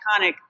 iconic